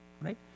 right